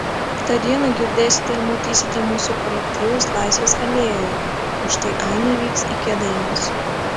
tą dieną girdėsite ir matysite mūsų kolektyvus laisvės alėjoje o štai ainiai vyks į kėdainius